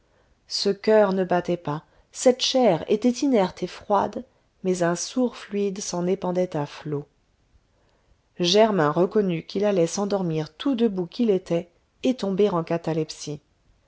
ce coeur ne battait pas cette chair était inerte et froide mais un sourd fluide s'en épandait à flot germain reconnut qu'il allait s'endormir tout debout qu'il était et tomber en catalepsie